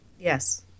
Yes